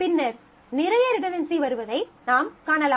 பின்னர் நிறைய ரிடன்டன்சி வருவதை நாம் காணலாம்